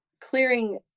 clearing